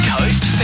Coast